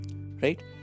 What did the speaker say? right